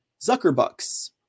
zuckerbucks